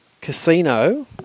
Casino